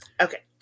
Okay